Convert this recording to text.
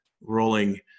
rolling